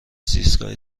زیستگاه